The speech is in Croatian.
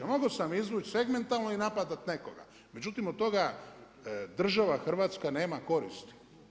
Mogao sam izvući segmentalno i napadat nekoga, međutim od toga država Hrvatska nema koristi.